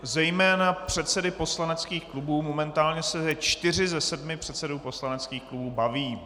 Zejména předsedy poslaneckých klubů, momentálně se čtyři ze sedmi předsedů poslaneckých klubů baví.